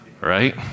Right